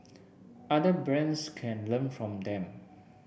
other brands can learn from them